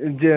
जो